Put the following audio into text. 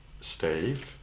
Steve